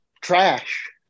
trash